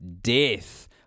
death